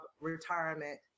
retirement